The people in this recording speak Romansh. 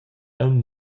aunc